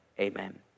amen